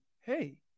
hey